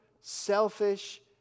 selfish